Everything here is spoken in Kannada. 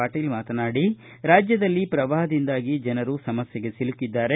ಪಾಟೀಲ್ ರಾಜ್ಕದಲ್ಲಿ ಪ್ರವಾಪದಿಂದಾಗಿ ಜನರು ಸಮಸ್ಕೆಗೆ ಸಿಲುಕಿದ್ದಾರೆ